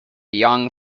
young